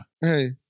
hey